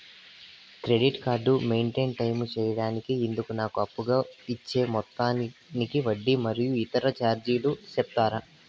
Credit card maintain time సేయడానికి ఇందుకు నాకు అప్పుగా ఇచ్చే మొత్తానికి వడ్డీ మరియు ఇతర చార్జీలు సెప్తారా?